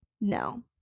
No